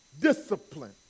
Discipline